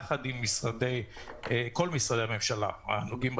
היום חברות כמו ישראייר, אל